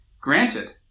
granted